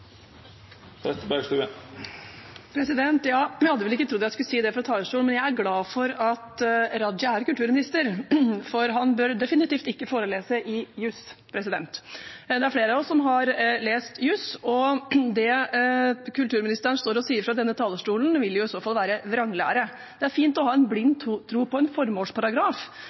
Jeg hadde vel ikke trodd jeg skulle si dette fra talerstolen, men jeg er glad for at Raja er kulturminister, for han bør definitivt ikke forelese i juss. Men det er flere av oss som har lest juss, og det kulturministeren står og sier fra denne talerstolen, vil i så fall være vranglære. Det er fint å ha en blind tro på en formålsparagraf,